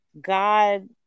God